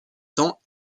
temps